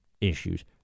issues